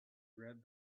read